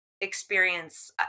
experience